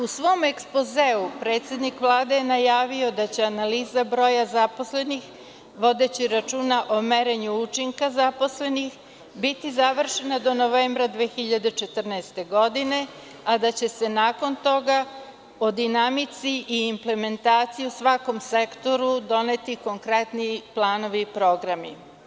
U svom ekspozeu, predsednik Vlade je najavio da će analiza broja zaposlenih, vodeći računa o merenju učinka zaposlenih, biti završena do novembra 2014. godine, a da će se nakon toga o dinamici i implementaciji u svakom sektoru doneti konkretni planovi i programi.